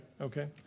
okay